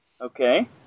Okay